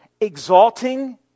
exalting